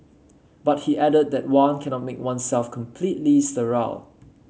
but he added that one cannot make oneself sterile